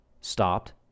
stopped